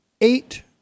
eight